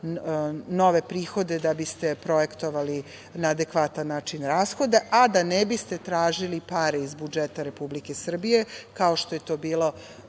nove prihode da biste projektovali na adekvatan način rashode, a da ne biste tražili pare iz budžeta Republike Srbije, kao što je bila